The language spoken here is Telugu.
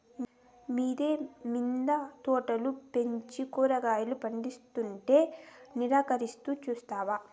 మిద్దె మింద తోటలు పెంచి కూరగాయలు పందిస్తుంటే నిరాకరిస్తూ చూస్తావా